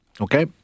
Okay